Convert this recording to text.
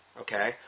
okay